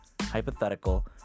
hypothetical